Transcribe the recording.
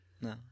No